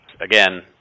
Again